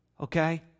Okay